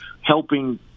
helping